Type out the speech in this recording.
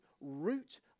root